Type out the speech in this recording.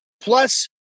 plus